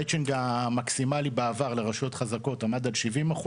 המצ'ינג המקסימלי בעבר לרשויות חזקות עמד על 70%,